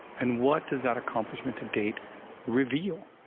and what does that accomplishment to date reveal?